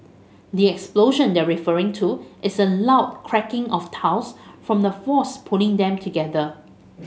the explosion they're referring to is the loud cracking of tiles from the force pulling them together